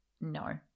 No